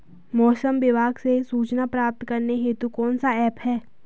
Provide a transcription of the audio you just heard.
मौसम विभाग से सूचना प्राप्त करने हेतु कौन सा ऐप है?